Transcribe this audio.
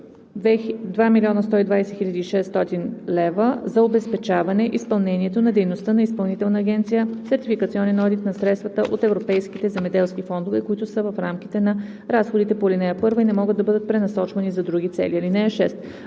2 120,6 хил. лв. за обезпечаване изпълнението на дейността на Изпълнителна агенция „Сертификационен одит на средствата от европейските земеделски фондове“, които са в рамките на разходите по ал. 1 и не могат да бъдат пренасочвани за други цели. (6)